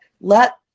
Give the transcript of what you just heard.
let